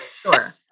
Sure